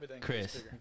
Chris